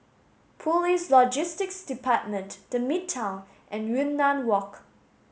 Police Logistics Department The Midtown and Yunnan Walk